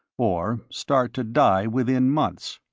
or start to die within months.